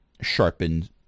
sharpened